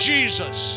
Jesus